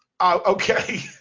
Okay